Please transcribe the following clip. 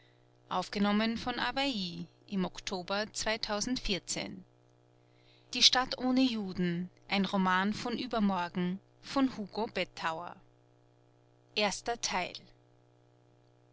die stadt ohne juden ein roman von übermorgen von hugo